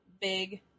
big